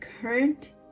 current